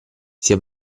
sia